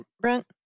Brent